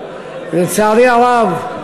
ולצערי הרב,